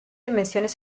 dimensiones